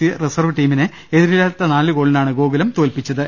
C reserve ടീമിനെ എതിരില്ലാത്ത നാലു ഗോളിനാണ് ഗോകുലം തോൽപ്പി ച്ചത്